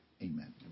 Amen